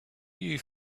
you